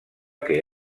que